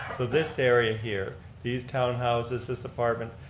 so this area here, these townhouses, this apartment,